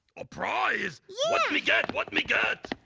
a prize? what me get, what me get? a